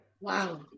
Wow